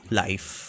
life